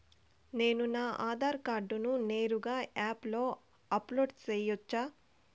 నేను నా ఆధార్ కార్డును నేరుగా యాప్ లో అప్లోడ్ సేయొచ్చా?